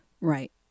Right